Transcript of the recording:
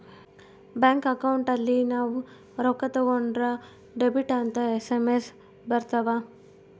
bank account ಅಲ್ಲಿ ನಾವ್ ರೊಕ್ಕ ತಕ್ಕೊಂದ್ರ ಡೆಬಿಟೆಡ್ ಅಂತ ಎಸ್.ಎಮ್.ಎಸ್ ಬರತವ